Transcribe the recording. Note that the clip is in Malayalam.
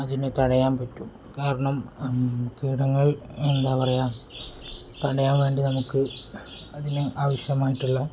അതിനെ തടയാൻ പറ്റും കാരണം കീടങ്ങൾ എന്താണു പറയുക തടയാൻ വേണ്ടി നമുക്ക് അതിന് ആവശ്യമായിട്ടുള്ള